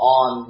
on